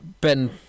Ben